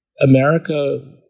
America